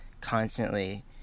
constantly